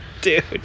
Dude